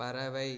பறவை